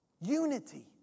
Unity